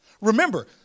Remember